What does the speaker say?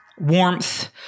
Warmth